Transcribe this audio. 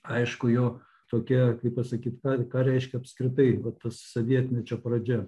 aišku jo tokia kaip pasakyt ką ką reiškia apskritai va ta savietmečio pradžia